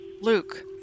Luke